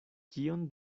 kion